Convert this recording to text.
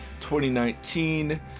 2019